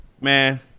man